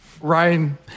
Ryan